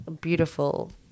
beautiful